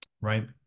Right